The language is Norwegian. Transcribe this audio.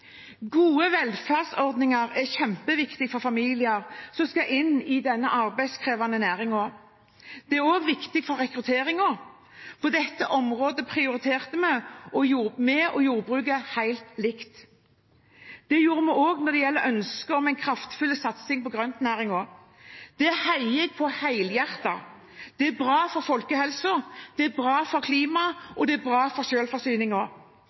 Gode velferdsordninger er kjempeviktig for familier som skal inn i denne arbeidskrevende næringen. Det er også viktig for rekrutteringen. På dette området prioriterte vi og jordbruket helt likt. Det gjorde vi også når det gjelder ønsket om en kraftfull satsing på grøntnæringen. Det heier jeg helhjertet på. Det er bra for folkehelsen, det er bra for klimaet, og det er bra for selvforsyningen. Vi bør spise mer frukt og